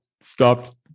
stopped